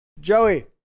Joey